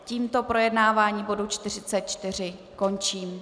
Tímto projednávání bodu 44 končím.